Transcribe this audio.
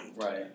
Right